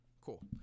cool